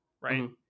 Right